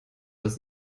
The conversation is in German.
dass